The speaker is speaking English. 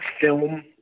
film